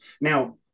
Now